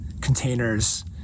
containers